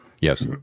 Yes